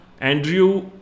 Andrew